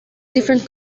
different